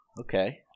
okay